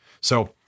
So-